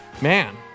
man